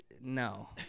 No